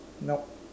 nope